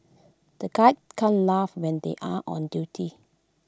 the guards can't laugh when they are on duty